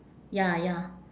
ya ya